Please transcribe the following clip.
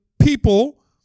people